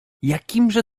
jakimże